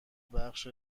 بخش